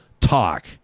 talk